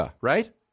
right